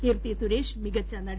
കീർത്തി സുരേഷ് മികച്ച നടി